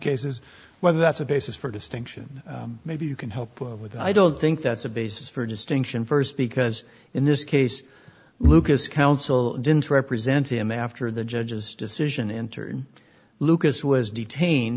cases whether that's a basis for distinction maybe you can help with i don't think that's a basis for distinction first because in this case lucas counsel didn't represent him after the judge's decision entered lucas was detained